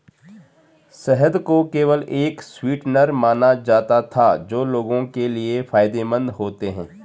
शहद को केवल एक स्वीटनर माना जाता था जो लोगों के लिए फायदेमंद होते हैं